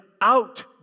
out